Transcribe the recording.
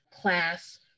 class